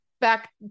back